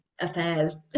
affairs